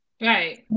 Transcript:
Right